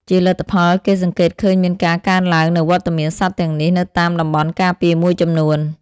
ជាលទ្ធផល គេសង្កេតឃើញមានការកើនឡើងនូវវត្តមានសត្វទាំងនេះនៅតាមតំបន់ការពារមួយចំនួន។